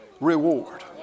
reward